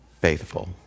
faithful